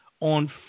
on